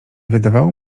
wydawało